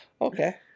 Okay